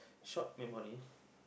short memory